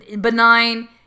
benign